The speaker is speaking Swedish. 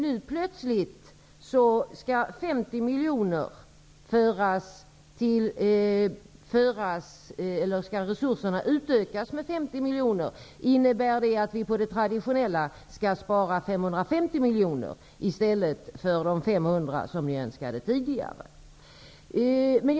Nu plötsligt skall resurserna utökas med 50 miljoner. Innebär det att vi på det traditionella skall spara 550 miljoner kronor i stället för de 500 som ni tidigare önskade?